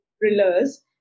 thrillers